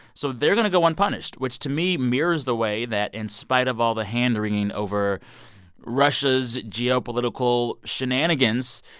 so they're going to go unpunished, which to me mirrors the way that in spite of all the handwringing over russia's geopolitical shenanigans,